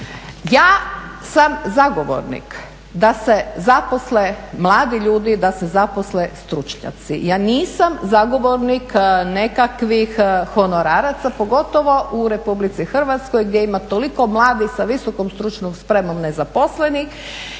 Ja sam zagovornik da se zaposle mladi ljudi, da se zaposle stručnjaci. Ja nisam zagovornik nekakvih honoraraca pogotovo u Republici Hrvatskoj gdje ima toliko mladih sa visokom stručnom spremom nezaposlenih